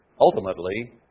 ultimately